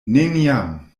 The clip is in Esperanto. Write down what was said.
neniam